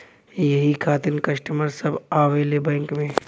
यही खातिन कस्टमर सब आवा ले बैंक मे?